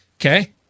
Okay